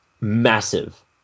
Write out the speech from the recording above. massive